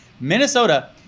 Minnesota